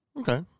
Okay